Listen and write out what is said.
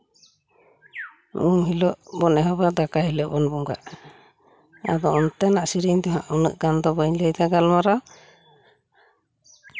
ᱩᱢ ᱦᱤᱞᱳᱜ ᱵᱚᱱ ᱮᱦᱚᱵᱟ ᱫᱟᱠᱟ ᱦᱤᱞᱳᱜ ᱵᱚᱱ ᱵᱚᱸᱜᱟᱜᱼᱟ ᱟᱫᱚ ᱚᱱᱛᱮᱱᱟᱜ ᱥᱤᱨᱤᱧ ᱫᱚ ᱦᱟᱸᱜ ᱩᱱᱟᱹᱜ ᱜᱟᱱ ᱫᱚ ᱵᱟᱹᱧ ᱞᱟᱹᱭᱫᱟ ᱜᱟᱞᱢᱟᱨᱟᱣ